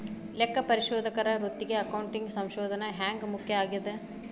ಲೆಕ್ಕಪರಿಶೋಧಕರ ವೃತ್ತಿಗೆ ಅಕೌಂಟಿಂಗ್ ಸಂಶೋಧನ ಹ್ಯಾಂಗ್ ಮುಖ್ಯ ಆಗೇದ?